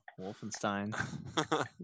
Wolfenstein